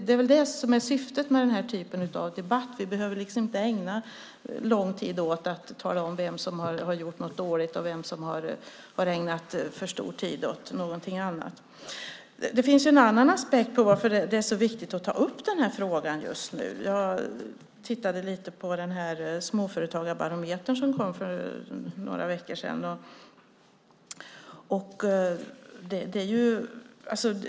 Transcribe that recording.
Det är väl det som är syftet med denna typ av debatt? Vi behöver inte ägna lång tid åt att tala om vem som har gjort något dåligt eller ägnat för stor tid åt annat. Det finns en annan aspekt på varför denna fråga är så viktig just nu. Jag tittade lite på Småföretagarbarometern som kom för några veckor sedan.